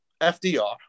FDR